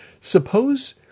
Suppose